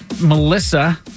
Melissa